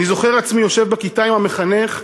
אני זוכר עצמי יושב בכיתה עם המחנך,